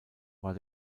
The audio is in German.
war